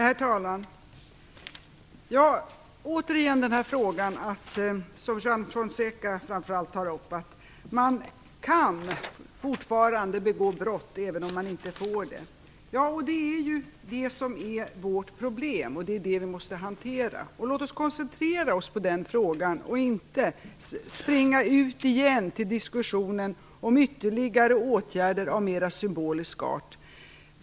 Herr talman! Jag skall återigen säga något om det problem som framför allt Juan Fonseca tar upp, nämligen att man kan begå brott även om man inte får det. Det är detta som är vårt problem och som vi måste hantera. Låt oss koncentrera oss på den frågan och inte sväva ut igen i diskussionen om ytterligare åtgärder av mer symbolisk art.